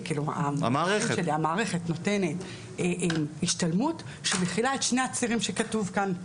המערכת נותנת השתלמות שמכילה את שני הצירים שכתוב כאן.